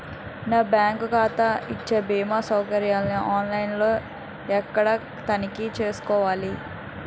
నా బ్యాంకు ఖాతా ఇచ్చే భీమా సౌకర్యాన్ని ఆన్ లైన్ లో ఎక్కడ తనిఖీ చేసుకోవాలి?